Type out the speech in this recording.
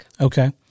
Okay